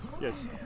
Yes